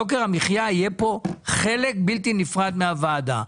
יוקר המחייה יהיה פה חלק בלתי נפרד מהוועדה.